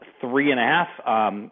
three-and-a-half